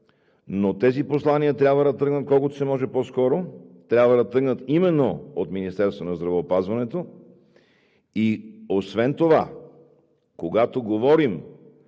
Но тези послания трябва да тръгнат колкото се може по-скоро, трябва да тръгнат именно от Министерството на здравеопазването. Освен това, когато говорим